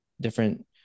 different